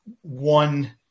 one